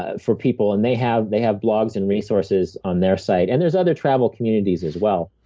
ah for people. and they have they have blogs and resources on their site. and there's other travel communities as well.